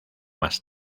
más